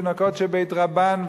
תינוקות של בית רבן,